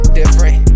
different